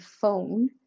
phone